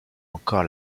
encore